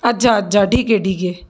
अच्छा अच्छा ठीक आहे ठीक आहे